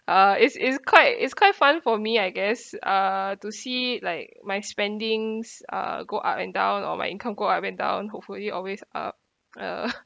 uh it's it's quite it's quite fun for me I guess uh to see like my spendings uh go up and down or my income go up and down hopefully always up uh